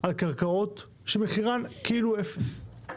על קרקעות ציבוריות, שמחירן הוא כאילו אפס,